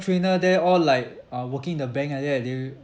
trainer there all like are working in the bank like that ah they